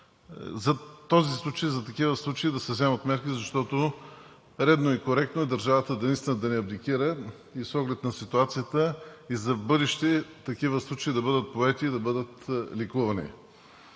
за този и за такива случаи да се вземат мерки, защото е редно и коректно държавата наистина да не абдикира, а с оглед ситуацията и в бъдеще такива случаи да бъдат поети и да бъдат лекувани.